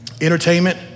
entertainment